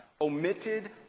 omitted